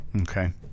Okay